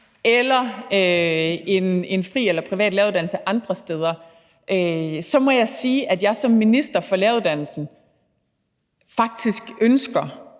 eller en fri eller privat læreruddannelse andre steder, må jeg sige, at jeg som minister for læreruddannelsen faktisk ønsker